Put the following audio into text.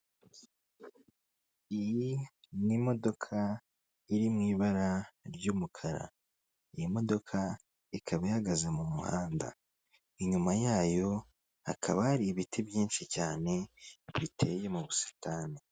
Iyi ni imodoka iri mu ibara ry'umukara, iyi modoka ikaba ihagaze mu muhanda, inyuma yayo hakaba hari ibiti byinshi cyane biteye mu busitani.